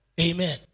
Amen